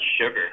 sugar